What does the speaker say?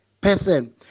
person